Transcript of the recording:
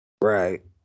Right